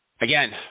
Again